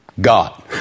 God